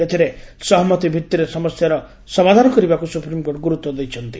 ଏଥିରେ ସହମତି ଭିଭିରେ ସମସ୍ୟାର ସମାଧାନ କରିବାକୁ ସୁପ୍ରିମକୋର୍ଟ ଗୁରୁତ୍ୱ ଦେଇଛନ୍ତି